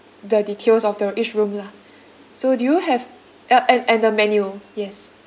the details of the r~ each room lah so do you have yup and and the menu yes